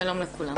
שלום לכולם,